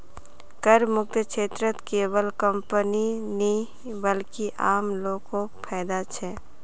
करमुक्त क्षेत्रत केवल कंपनीय नी बल्कि आम लो ग को फायदा छेक